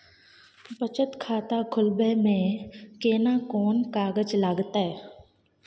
बचत खाता खोलबै में केना कोन कागज लागतै?